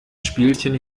spielchen